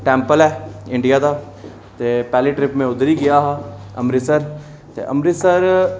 temple ऐ India दा ते पैह्ली पैह्ली ट्रिप में उद्धर ई गेआ हा अमृतसर ते अमृतसर